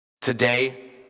today